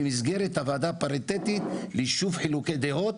במסגרת הועדה הפריטטית ליישוב חילוקי דעות.